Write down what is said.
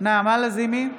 נעמה לזימי,